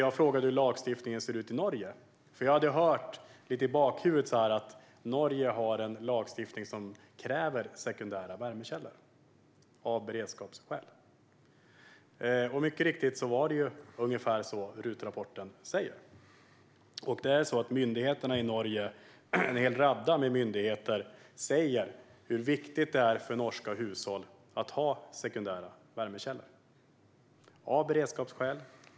Jag frågade hur lagstiftningen ser ut i Norge, för jag hade hört att Norge har en lagstiftning som av beredskapsskäl kräver sekundära värmekällor. Det är också mycket riktigt ungefär vad som sägs i RUT-rapporten. En hel radda myndigheter i Norge framhåller hur viktigt det av beredskapsskäl är för norska hushåll att ha en sekundär värmekälla.